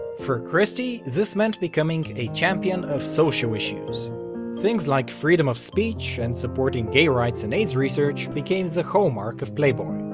for christie, this meant becoming a champion of social issues things like freedom of speech, and supporting gay rights and aids research became the hallmark of playboy.